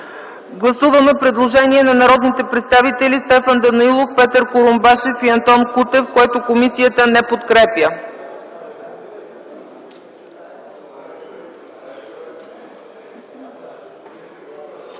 гласуване предложението на народните представители Стефан Данаилов, Петър Курумбашев и Антон Кутев, което комисията не подкрепя.